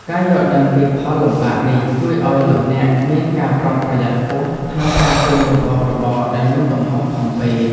ការយល់ដឹងពីផលលំបាកនេះជួយឱ្យលោកអ្នកមានការប្រុងប្រយ័ត្នខ្ពស់ក្នុងការទិញរបស់របរដែលមានទំហំធំពេក។